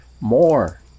more